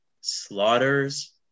slaughters